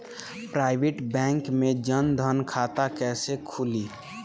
Private bank मे जन धन खाता कैसे खुली?